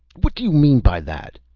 what do you mean by that?